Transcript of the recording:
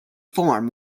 form